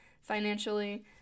financially